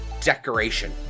decoration